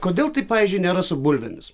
kodėl taip pavyzdžiui nėra su bulvėmis